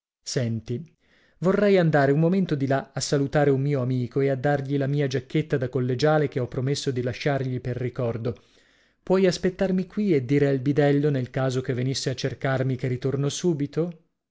senti vorrei andare un momento di là a salutare un mio amico e a dargli la mia giacchetta da collegiale che ho promesso di lasciargli per ricordo puoi aspettarmi qui e dire al bidello nel caso che venisse a cercarmi che ritorno subito